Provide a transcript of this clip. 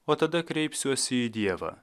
o tada kreipsiuosi į dievą